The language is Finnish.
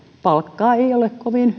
palkka ei ole kovin